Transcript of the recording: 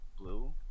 Blue